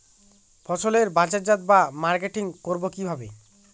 ফসলের বাজারজাত বা মার্কেটিং করব কিভাবে?